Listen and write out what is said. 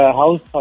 house